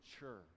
mature